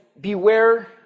Beware